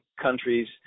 countries